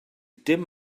dim